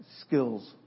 skills